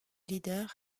leader